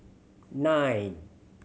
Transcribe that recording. nine